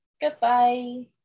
Goodbye